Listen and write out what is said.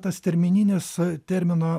tas termininis termino